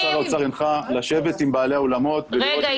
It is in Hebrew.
וגם שר האוצר הנחה לשבת עם בעלי האולמות ולראות אם